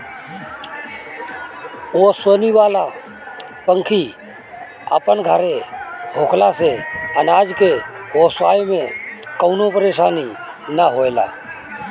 ओसवनी वाला पंखी अपन घरे होखला से अनाज के ओसाए में कवनो परेशानी ना होएला